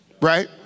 right